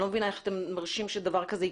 אני לא מבינה איך אתם מרשים שדבר כזה יקרה.